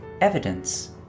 evidence